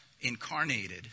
incarnated